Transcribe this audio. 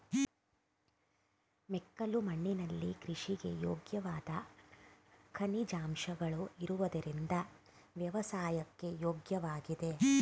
ಮೆಕ್ಕಲು ಮಣ್ಣಿನಲ್ಲಿ ಕೃಷಿಗೆ ಯೋಗ್ಯವಾದ ಖನಿಜಾಂಶಗಳು ಇರುವುದರಿಂದ ವ್ಯವಸಾಯಕ್ಕೆ ಯೋಗ್ಯವಾಗಿದೆ